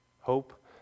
Hope